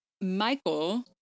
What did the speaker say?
michael